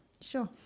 Sure